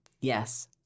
Yes